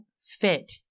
fit